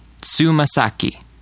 Tsumasaki